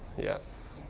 yes,